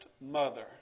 mother